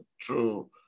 true